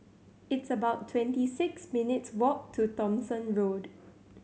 it's about twenty six minutes' walk to Thomson Road